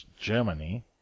Germany